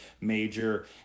major